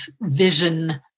vision